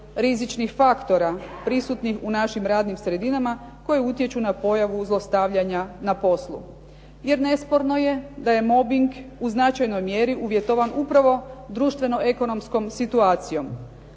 rizičnih faktora pristupnih u našim radnim sredinama koje utječu na pojavu zlostavljanja na poslu. Jer nesporno je da je mobing u značajnoj mjeri uvjetovan upravo društveno ekonomskom situacijom,